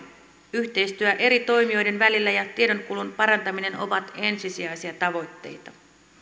yhteistyö eri toimijoiden välillä ja tiedonkulun parantaminen ovat ensisijaisia tavoitteita